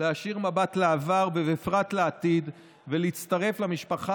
להישיר מבט לעבר ובפרט לעתיד ולהצטרף למשפחה